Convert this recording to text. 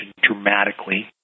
dramatically